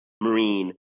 Marine